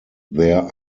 there